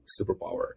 superpower